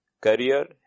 career